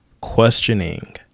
questioning